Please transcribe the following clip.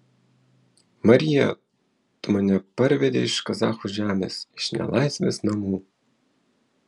marija tu mane parvedei iš kazachų žemės iš nelaisvės namų